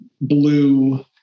blue